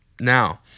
now